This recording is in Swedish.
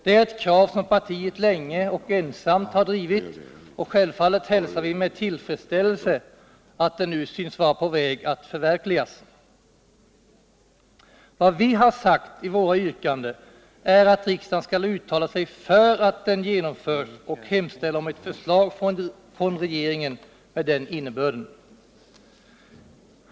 Det är ett krav som partiet länge och ensamt har drivit, och självfallet hälsar vi med uillfredsställelse att Försvarsmaktens det nu synes vara på väg att förverkligas. Vad vi har sagt i våra yrkanden är att hälso och sjukvård riksdagen skall uttala sig för att den genomförs och hemställa om ett förslag i fred från regeringen med den innebörden.